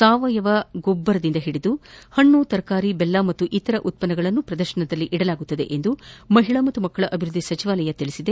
ಸಾವಯವ ರಸಗೊಬ್ಬರದಿಂದ ಹಿಡಿದು ಹಣ್ಚು ತರಕಾರಿ ಬೆಲ್ಲ ಹಾಗು ಇತರೆ ಉತ್ವನ್ನಗಳನ್ನು ಪ್ರದರ್ಶನದಲ್ಲಿ ಇಡಲಾಗುವುದು ಎಂದು ಮಹಿಳಾ ಮತ್ತು ಮಕ್ಕಳ ಅಭಿವೃದ್ದಿ ಸಚಿವಾಲಯ ತಿಳಿಸಿದೆ